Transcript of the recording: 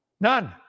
none